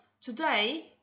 today